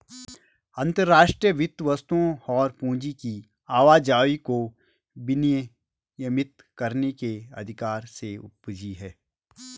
अंतर्राष्ट्रीय वित्त वस्तुओं और पूंजी की आवाजाही को विनियमित करने के अधिकार से उपजी हैं